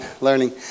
learning